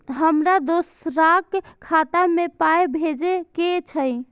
हमरा दोसराक खाता मे पाय भेजे के छै?